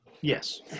Yes